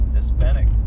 Hispanic